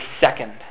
second